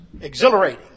exhilarating